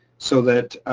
so that.